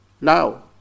now